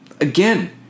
Again